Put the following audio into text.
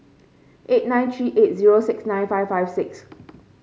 eight nine three eight zero six nine five five six